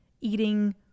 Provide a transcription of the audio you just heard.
eating